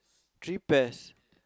three pairs